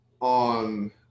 on